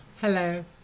Hello